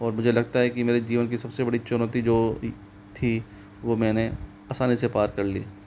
और मुझे लगता है कि मेरे जीवन की सब से बड़ी चुनौती जो थी वो मैंने असानी से पार कर ली